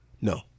No